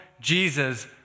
Jesus